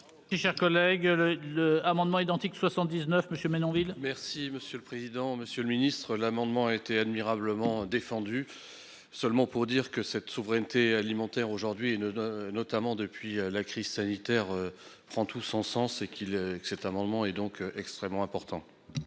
Sénat. Chers collègue le le amendements identiques, 79 monsieur Menonville. Merci monsieur le président, Monsieur le Ministre. L'amendement a été admirablement défendu seulement pour dire que cette souveraineté alimentaire aujourd'hui et ne donne notamment depuis la crise sanitaire prend tout son sens et qu'il que cet amendement est donc extrêmement important.